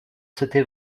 c’était